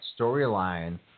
storyline